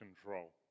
control